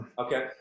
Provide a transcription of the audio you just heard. Okay